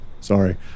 Sorry